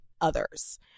others